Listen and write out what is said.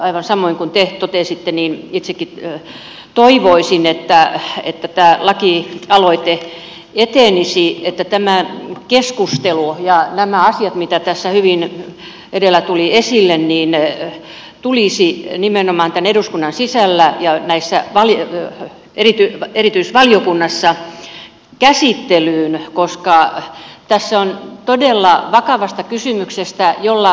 aivan samoin kuin te totesitte niin itsekin toivoisin että tämä lakialoite etenisi että tämä keskustelu ja nämä asiat mitä tässä hyvin edellä tuli esille tulisivat nimenomaan tämän eduskunnan sisällä ja näissä erityisvaliokunnissa käsittelyyn koska tässä on todella vakava kysymys